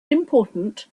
important